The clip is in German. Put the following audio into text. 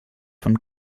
von